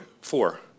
four